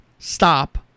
Stop